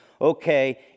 okay